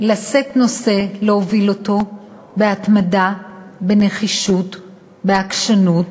לשאת נושא, להוביל אותו בהתמדה, בנחישות, בעקשנות,